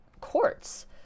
courts